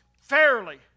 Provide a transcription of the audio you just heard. fairly